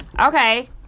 Okay